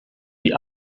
die